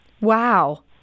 Wow